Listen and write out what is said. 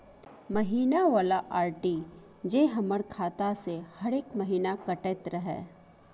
महीना वाला आर.डी जे हमर खाता से हरेक महीना कटैत रहे?